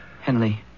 Henley